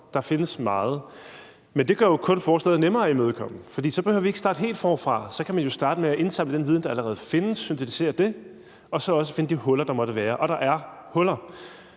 Der findes meget, men det gør jo kun forslaget nemmere at imødekomme, for så behøver vi ikke at starte helt forfra. Så kan man jo starte med at indsamle den viden, der allerede findes, og analysere den og så også finde de huller, der måtte være – og der er huller.